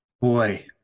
boy